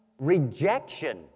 rejection